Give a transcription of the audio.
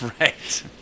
Right